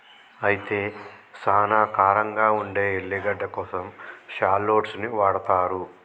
అయితే సానా కారంగా ఉండే ఎల్లిగడ్డ కోసం షాల్లోట్స్ ని వాడతారు